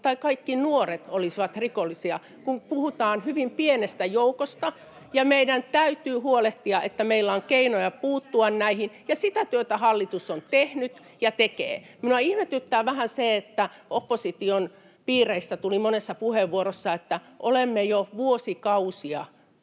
tai kaikki nuoret olisivat rikollisia, kun puhutaan hyvin pienestä joukosta. Meidän täytyy huolehtia siitä, että meillä on keinoja puuttua näihin, ja sitä työtä hallitus on tehnyt ja tekee. Minua ihmetyttää vähän se, että opposition piireistä tuli monessa puheenvuorossa, että ”olemme jo vuosikausia